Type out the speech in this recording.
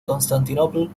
constantinople